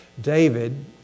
David